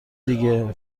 دیگه